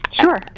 Sure